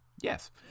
Yes